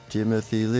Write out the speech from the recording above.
Timothy